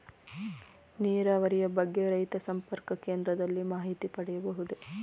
ನೀರಾವರಿಯ ಬಗ್ಗೆ ರೈತ ಸಂಪರ್ಕ ಕೇಂದ್ರದಲ್ಲಿ ಮಾಹಿತಿ ಪಡೆಯಬಹುದೇ?